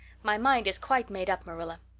my mind is quite made up, marilla.